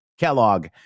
Kellogg